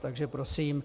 Takže prosím...